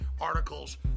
articles